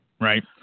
Right